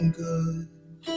good